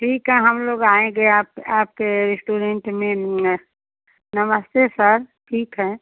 ठीक है हम लोग आएँगे आप आपके रेस्टोरेंट में नमस्ते सर ठीक है